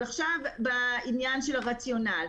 לגבי הרציונל,